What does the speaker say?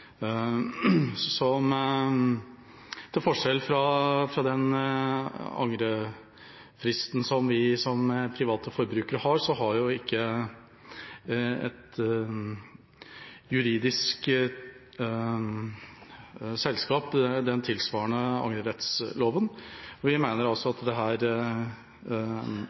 bedrifter. Til forskjell fra den angrefristen vi som private forbrukere har, har ikke et juridisk selskap en tilsvarende angrerettlov. Vi mener at dette er viktig å endre på. Jeg hører at det